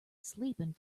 sleeping